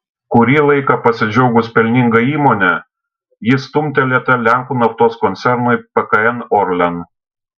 kurį laiką pasidžiaugus pelninga įmone ji stumtelėta lenkų naftos koncernui pkn orlen